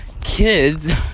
Kids